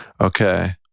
okay